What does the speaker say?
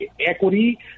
equity